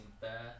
Fair